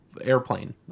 airplane